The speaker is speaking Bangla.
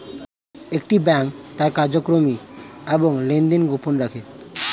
একটি ব্যাংক তার কার্যক্রম এবং লেনদেন গোপন রাখে